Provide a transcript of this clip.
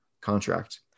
contract